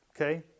Okay